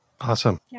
Awesome